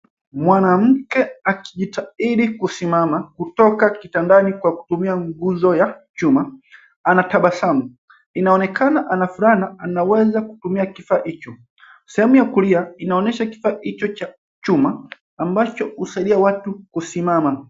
Mwanamke akijitahidi kusimama kutoka kitandani kwa kutumia nguzo ya chuma anatabasamu. Inaonekana ana furaha na anaweza kutumia kifaa hicho. sehemu ya kulia inaonyesha kifaa hicho cha chuma ambacho husaidia watu kusimama.